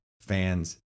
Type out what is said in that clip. fans